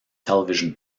television